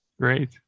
Great